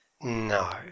No